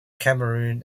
cameroon